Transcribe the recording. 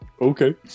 okay